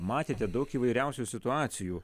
matėte daug įvairiausių situacijų